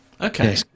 Okay